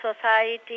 society